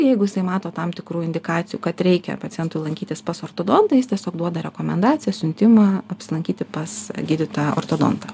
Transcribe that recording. jeigu jisai mato tam tikrų indikacijų kad reikia pacientui lankytis pas ortodontą jis tiesiog duoda rekomendaciją siuntimą apsilankyti pas gydytoją ortodontą